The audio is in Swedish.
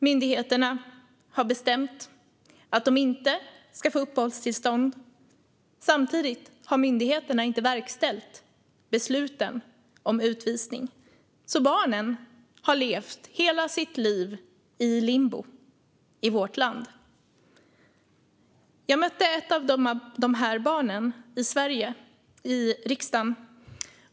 Myndigheterna har bestämt att de inte ska få uppehållstillstånd, men samtidigt har myndigheterna inte verkställt besluten om utvisning. Barnen har alltså levt hela sina liv i limbo i vårt land. Jag mötte ett av dessa barn här i riksdagen.